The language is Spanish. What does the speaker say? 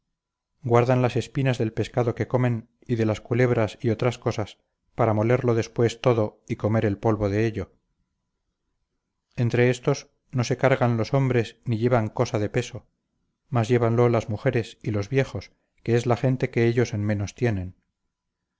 guardan las espinas del pescado que comen y de las culebras y otras cosas para molerlo después todo y comer el polvo de ello entre éstos no se cargan los hombres ni llevan cosa de peso mas llévanlo las mujeres y los viejos que es la gente que ellos en menos tienen